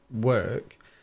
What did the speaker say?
work